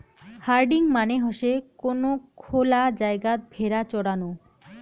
herding মানে হসে কোন খোলা জায়গাত ভেড়া চরানো